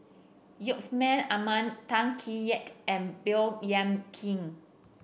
Yusman Aman Tan Kee Sek and Baey Yam Keng